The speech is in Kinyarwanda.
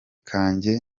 kanjye